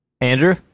Andrew